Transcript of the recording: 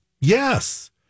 Yes